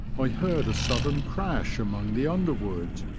i heard a sudden crash among the underwood,